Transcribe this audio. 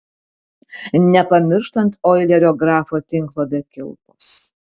nepamirštant oilerio grafo tinklo be kilpos